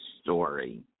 story